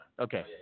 Okay